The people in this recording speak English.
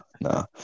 no